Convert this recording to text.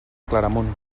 claramunt